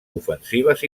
ofensives